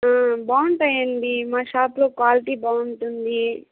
బాగుంటాయండి మా షాప్లో క్వాలిటీ బాగుంటుంది